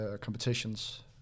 competitions